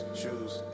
shoes